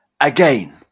again